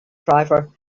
driver